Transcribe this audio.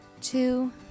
two